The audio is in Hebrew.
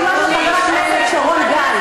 תלמד מחבר הכנסת שרון גל.